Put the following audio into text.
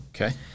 Okay